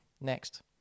Next